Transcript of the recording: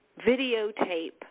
videotape